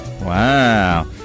Wow